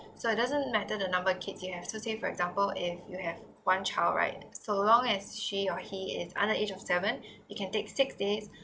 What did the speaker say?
so it doesn't matter the number kids you have so say for example if you have one child right so long as she or he is under the age of seven you can take six days